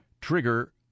trigger